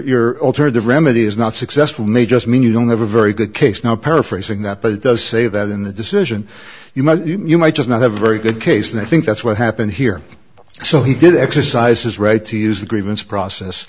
you're altered the remedy is not successful may just mean you don't have a very good case now paraphrasing that but it does say that in the decision you made you might just not have a very good case and i think that's what happened here so he did exercise his right to use the grievance process